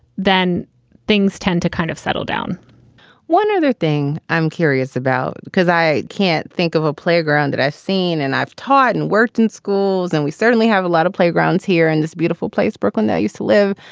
then things tend to kind of settle down one other thing i'm curious about, because i can't think of a playground that i've seen and i've taught and worked in schools. and we certainly have a lot of playgrounds here in this beautiful place, brooklyn, that i use live.